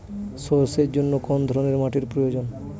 সরষের জন্য কোন ধরনের মাটির প্রয়োজন?